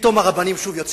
פתאום הרבנים שוב יוצאים.